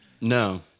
No